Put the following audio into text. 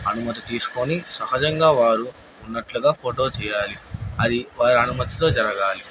అనుమతి తీసుకొని సహజంగా వారు ఉన్నట్లుగా ఫోటో చేయాలి అది వారి అనుమతితో జరగాలి